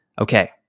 Okay